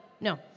no